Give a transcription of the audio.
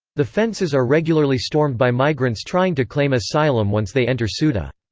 the fences are regularly stormed by migrants trying to claim asylum once they enter so ceuta.